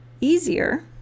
easier